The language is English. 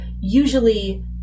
usually